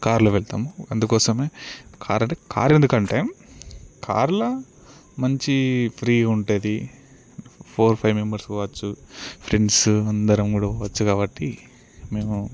కార్లో వెళ్తాము అందుకోసమే కార్ అంటే కార్ ఎందుకంటే కారులో మంచి ఫ్రీ ఉంటుంది ఫోర్ ఫైవ్ మెంబర్స్ పోవచ్చు ఫ్రెండ్స్ అందరం కూడా పోవచ్చు కాబట్టి మేము